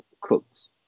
cooks